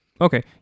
Okay